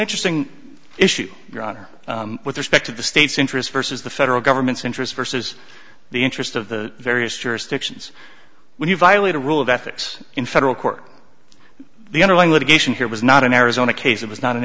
interesting issue your honor with respect to the state's interest versus the federal government's interest versus the interest of the various jurisdictions when you violate a rule of ethics in federal court the underlying litigation here was not an arizona case it was not an